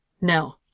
No